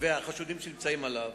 כנסת נכבדה,